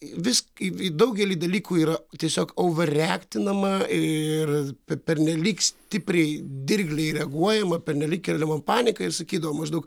vis į į daugelį dalykų yra tiesiog ouvereaktinama ir pe pernelyg stipriai dirgliai reaguojama pernelyg keliama panika ir sakydavo maždaug